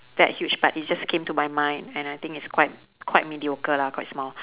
that huge but it just came to my mind and I think it's quite quite mediocre lah quite small